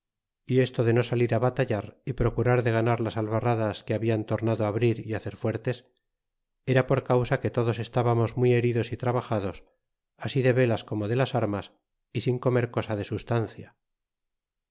y esto de no salir batallar y procurar de ganar las albarradas que habían tornado abrir y hacer fuertes era por causa que todos estábamos muy heridos y trabajados asi de velas como de las armas y sin comer cosa de sustancia